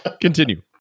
Continue